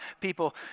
People